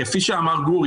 כפי שאמר גור,